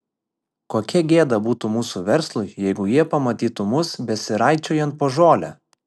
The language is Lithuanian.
kokia gėda būtų mūsų verslui jeigu jie pamatytų mus besiraičiojant po žolę